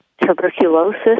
tuberculosis